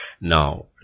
now